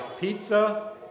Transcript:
pizza